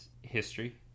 history